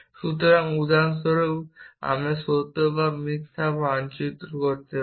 সুতরাং উদাহরণস্বরূপ আমরা সত্য বা মিথ্যা মানচিত্র করতে পারি